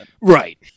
Right